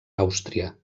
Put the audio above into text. àustria